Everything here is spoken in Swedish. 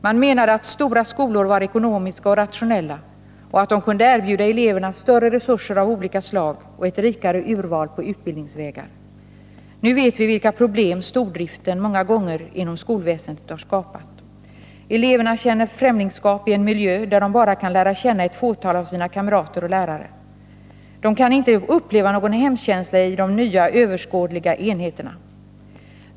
Man menade att stora skolor var ekonomiska och rationella och att de kunde erbjuda eleverna större resurser av olika slag och ett rikare urval på utbildningsvägar. Nu vet vi vilka problem stordriften inom skolväsendet många gånger har skapat. Eleverna känner främlingskap i en miljö där de bara kan lära känna ett fåtal av sina kamrater och lärare. De kan inte uppleva någon hemkänsla i de nya oöverskådliga enheterna.